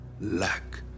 lack